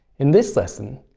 in this lesson,